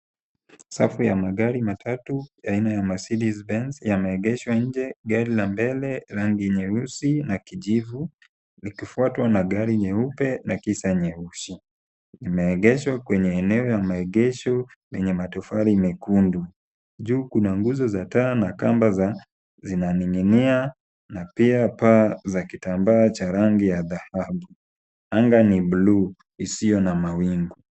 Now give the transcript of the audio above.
Safu ya magari matatu aina ya Mercedes Benz yameegeshwa nje, gari la mbele rangi nyeusi na kijivu likifuatwa na gari nyeupe na kisha nyeusi. Imeegeshwa kwenye eneo la maegesho lenye matofali mekundu. Juu kuna nguzo za taa na kamba za zinaning'inia na pia paa za kitambaa cha rangi ya dhahabu. Anga ni bluu isiyo na mawingu.